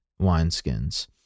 wineskins